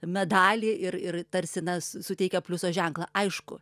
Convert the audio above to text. medalį ir ir tarsi na suteikia pliuso ženklą aišku